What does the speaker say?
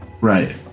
right